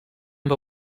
amb